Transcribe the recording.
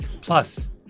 Plus